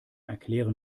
erklären